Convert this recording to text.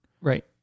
Right